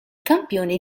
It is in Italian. campione